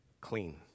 clean